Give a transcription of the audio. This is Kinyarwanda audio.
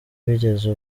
bigeze